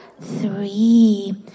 three